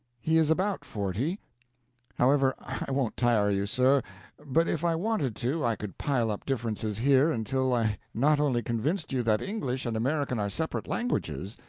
he is about forty however, i won't tire you, sir but if i wanted to, i could pile up differences here until i not only convinced you that english and american are separate languages,